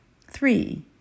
Three